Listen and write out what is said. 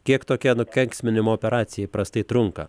kiek tokia nukenksminimo operacija įprastai trunka